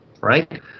right